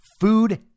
food